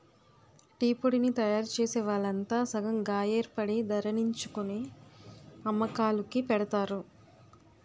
టీపొడిని తయారుచేసే వాళ్లంతా సంగం గాయేర్పడి ధరణిర్ణించుకొని అమ్మకాలుకి పెడతారు